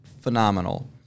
Phenomenal